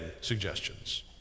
suggestions